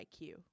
IQ